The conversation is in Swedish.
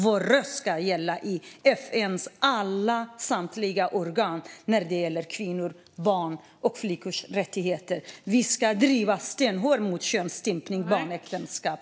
Vår röst ska gälla i FN:s samtliga organ när det gäller kvinnors, barns och flickors rättigheter. Vi ska stenhårt driva på mot könsstympning och barnäktenskap.